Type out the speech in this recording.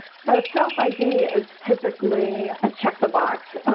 so self id is typically a check the box.